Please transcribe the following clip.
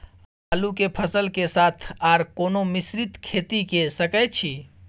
आलू के फसल के साथ आर कोनो मिश्रित खेती के सकैछि?